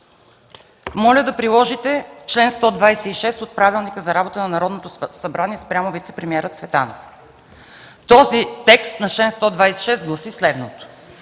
Моля да приложите чл. 126 от Правилника за организацията и дейността на Народното събрание спрямо вицепремиера Цветанов. Този текст на чл. 126 гласи следното: